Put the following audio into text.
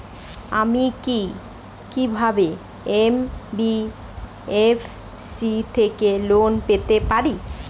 আমি কি কিভাবে এন.বি.এফ.সি থেকে লোন পেতে পারি?